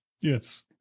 Yes